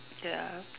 ya